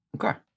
okay